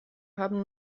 haben